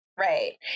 right